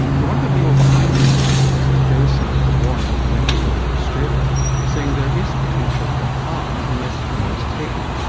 but one of the people behind the initiative has today sounded a warning in the medical journal of australia saying there is potential for harm unless care is taken.